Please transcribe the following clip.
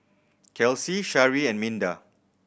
Kelcie Sharee and Minda